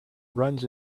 runs